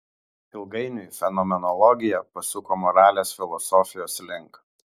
ilgainiui fenomenologija pasuko moralės filosofijos link